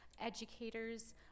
educators